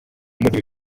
muri